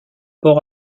port